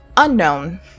Unknown